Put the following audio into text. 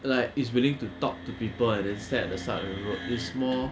like is willing to talk to people and then stand at the side of the road is more